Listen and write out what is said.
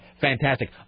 fantastic